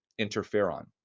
interferon